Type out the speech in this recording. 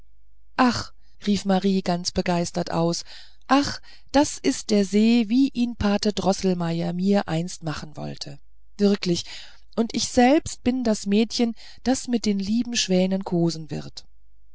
ach rief marie ganz begeistert aus ach das ist der see wie ihn pate droßelmeier mir einst machen wollte wirklich und ich selbst bin das mädchen das mit den lieben schwänchen kosen wird